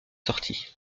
sortit